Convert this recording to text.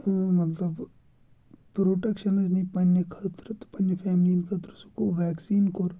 مطلب پرٛوٹَکشَن حظ نی پنٛنہِ خٲطرٕ تہٕ پنٛنہِ فیملی ہِنٛدۍ خٲطرٕ سُہ گوٚو وٮ۪کسیٖن کوٚر